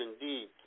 indeed